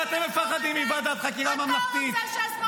היא לא טובה?